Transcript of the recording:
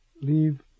leave